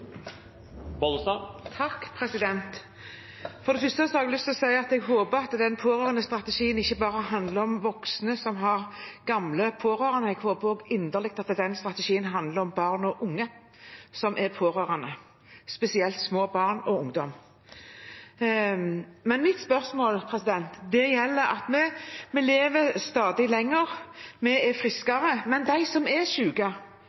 For det første har jeg lyst til å si at jeg håper at den pårørendestrategien ikke bare handler om voksne som har gamle pårørende. Jeg håper også inderlig at den strategien handler om barn og unge som er pårørende, spesielt små barn og ungdom. Men mitt spørsmål gjelder at vi lever stadig lenger, vi er friskere, mens de som er